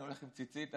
אני הולך עם ציצית.